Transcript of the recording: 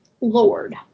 Lord